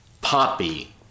poppy